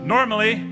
Normally